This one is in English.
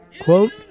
Quote